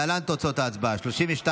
להלן תוצאות ההצבעה: 32 בעד,